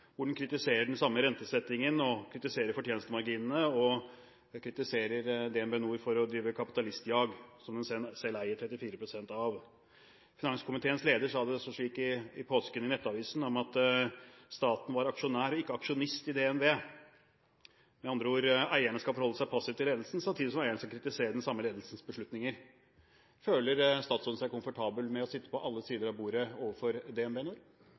kritiserer den samme rentesettingen, som kritiserer fortjenestemarginene, og som kritiserer DNB, som den selv eier 34 pst. av, for å drive kapitalistjag. Finanskomiteens leder sa i Nettavisen i påsken at staten var aksjonær, og ikke aksjonist, i DNB – med andre ord: Eierne skal forholde seg passive til ledelsen samtidig som eierne skal kritisere den samme ledelsens beslutninger. Føler statsråden seg komfortabel med å sitte på alle sider av bordet overfor DNB?